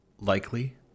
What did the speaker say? likely